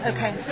Okay